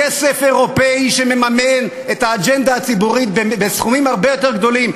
כסף אירופי שמממן את האג'נדה הציבורית בסכומים הרבה יותר גדולים.